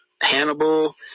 Hannibal